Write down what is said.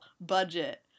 budget